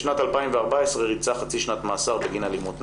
בשנת 2014 ריצה חצי שנת מאסר בגין אלימות נגדה.